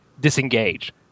disengage